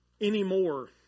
anymore